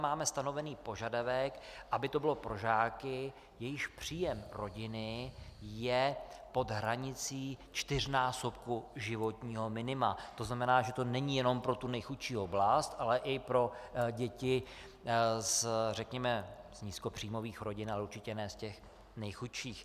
Máme tam stanoven požadavek, aby to bylo pro žáky, jejichž příjem rodiny je pod hranicí čtyřnásobku životního minima, to znamená, že to není jenom pro tu nejchudší oblast, ale i pro děti z řekněme nízkopříjmových rodin, ale určitě ne z těch nejchudších.